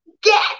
get